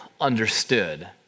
understood